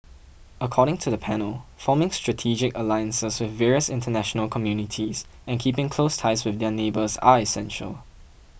according to the panel forming strategic alliances with various international communities and keeping close ties with their neighbours are essential